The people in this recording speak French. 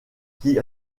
qui